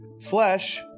Flesh